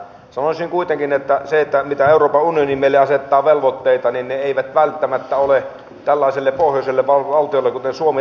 sanoisin kuitenkin että ne velvoitteet joita euroopan unioni meille asettaa eivät välttämättä ole riittäviä tällaiselle pohjoiselle valtiolle kuten suomi